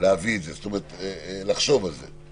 להביא את זה, לחשוב על זה.